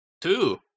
Two